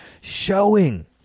showing